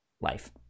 life